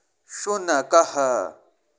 शुनकः